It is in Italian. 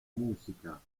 musica